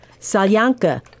Salyanka